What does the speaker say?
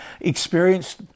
experienced